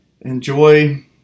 Enjoy